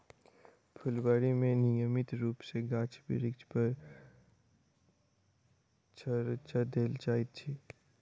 फूलबाड़ी मे नियमित रूप सॅ गाछ बिरिछ पर छङच्चा देल जाइत छै